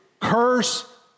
Curse